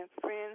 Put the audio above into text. friend's